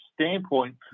standpoint